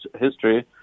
history